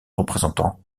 représentant